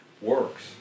works